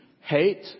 hate